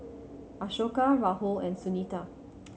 Ashoka Rahul and Sunita